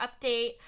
update